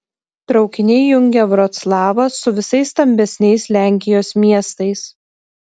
traukiniai jungia vroclavą su visais stambesniais lenkijos miestais